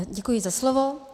Děkuji za slovo.